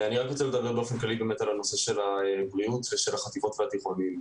אני רוצה לדבר באופן כללי על נושא הבריאות ועל החטיבות והתיכונים.